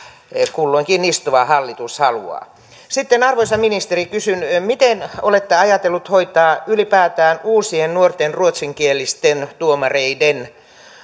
kulloinkin istuva hallitus haluaa sitten arvoisa ministeri kysyn miten olette ajatellut hoitaa ylipäätään uusien nuorten ruotsinkielisten tuomareiden